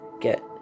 get